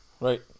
Right